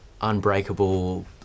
unbreakable